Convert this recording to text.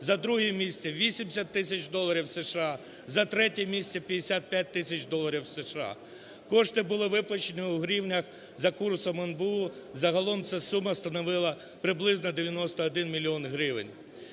за друге місце – 80 тисяч доларів США, за третє – місце 55 тисяч доларів США. Кошти були виплачені у гривнях за курсом НБУ, загалом ця сума становила приблизно 91 мільйон